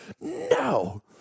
no